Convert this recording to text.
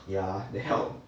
yeah the help